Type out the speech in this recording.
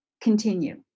continue